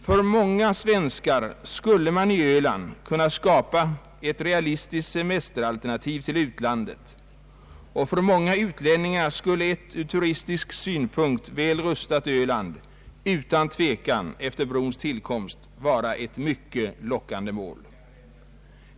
För många svenskar skulle man på Öland kunna skapa ett realistiskt semesteralternativ till utlandet, och för många utlänningar skulle ett ur turistisk synpunkt väl rustat Öland utan tvekan efter brons tillkomst vara ett mycket lockande mål.